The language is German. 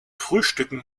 frühstücken